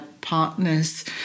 partners